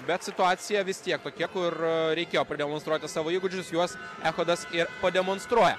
bet situacija vis tiek tokia kur reikėjo pademonstruoti savo įgūdžius juos echodas ir pademonstruoja